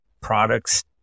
products